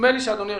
אדוני היושב-ראש,